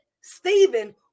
Stephen